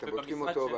אתם בודקים אותו.